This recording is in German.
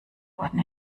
wurden